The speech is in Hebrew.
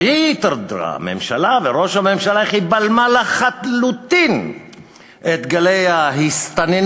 ושראש הממשלה והממשלה התהדרו איך היא בלמה לחלוטין את גלי ההסתננות,